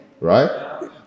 right